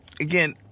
Again